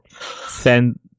send